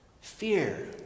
Fear